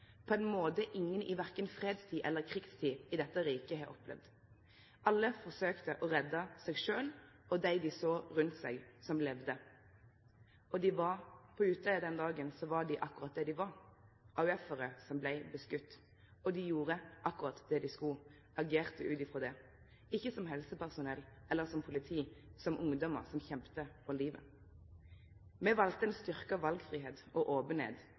På ein måte opplevde dei noko som ingen korkje i fred eller krigstid har opplevd i dette riket. Alle forsøkte å redde seg sjølve og dei som dei såg rundt seg som levde. På Utøya den dagen var dei akkurat det dei var, dei var AUF-arar som vart skotne på, og dei gjorde akkurat det dei skulle, agerte ut frå det, ikkje som helsepersonell eller som politi, men som ungdomar som kjempa for livet. Me valde ein styrkt valfridom og